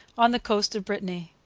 on the coast of brittany.